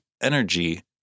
energy